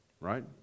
Right